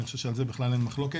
אני חושב שעל זה בכלל אין מחלוקת.